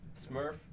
Smurf